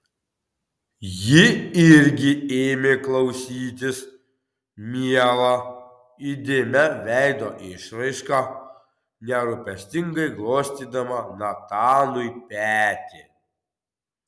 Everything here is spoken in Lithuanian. ji irgi ėmė klausytis miela įdėmia veido išraiška nerūpestingai glostydama natanui petį